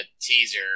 teaser